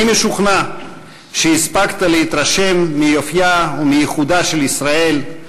אני משוכנע שהספקת להתרשם מיופייה ומייחודה של ישראל,